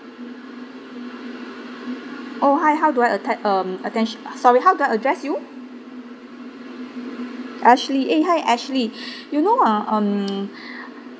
oh hi how do I do I atta~ um atten~ sorry how do I address you ashley eh hi ashley you know uh um